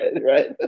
right